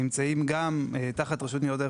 היא נמצאת גם תחת רשות ניירות ערך,